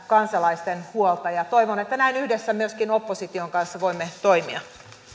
kansalaisten huolta toivon että näin yhdessä myöskin opposition kanssa voimme toimia